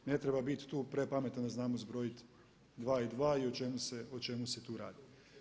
Ne treba biti tu prepametan da znamo zbrojiti dva i dva i o čemu se tu radi.